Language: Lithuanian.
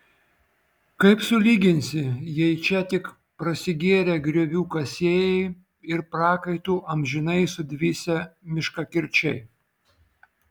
kaip sulyginsi jei čia tik prasigėrę griovių kasėjai ir prakaitu amžinai sudvisę miškakirčiai